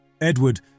Edward